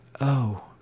Oh